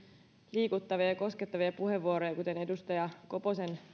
liikuttavia ja koskettavia puheenvuoroja tässä salissa kuten edustaja koposen